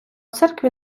церкві